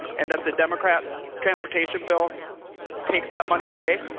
and that the democrat transportation bill take that money away?